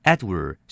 Edward